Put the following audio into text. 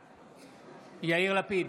בעד יאיר לפיד,